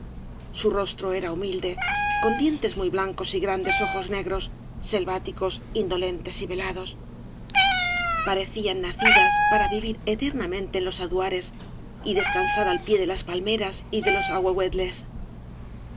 su rostro era humilde con dientes muy blancos y grandes ojos negros selváticos indolentes y velados parecían nacidas para vivir eternamente en los aduares y descansar al pie de las palmeras y de los